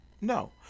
no